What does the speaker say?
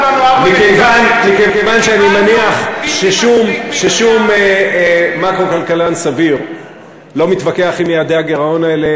מכיוון שאני מניח ששום מקרו-כלכלן סביר לא מתווכח על יעדי הגירעון האלה,